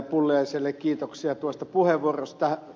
pulliaiselle kiitoksia tuosta puheenvuorosta